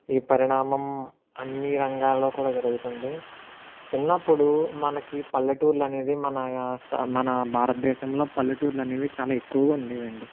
ఈ పరిణామం అన్నీ రంగాల్లో కూడా జరుగుతుంది చిన్నప్పుడు మనకు పల్లెటూళ్ళు అనేవి మన స మన భారతదేశంలో పల్లెటూళ్ళు అనేవి చాలా ఎక్కువగా ఉండేవి అండి